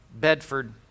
Bedford